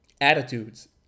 attitudes